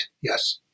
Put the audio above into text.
Yes